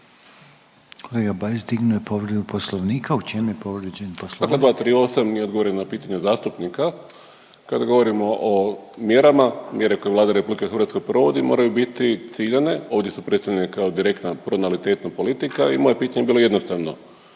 Kolega Bajs dignuo je povredu poslovnika, u čemu je povrijeđen poslovnik?